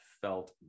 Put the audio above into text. felt